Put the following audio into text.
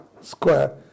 Square